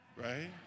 right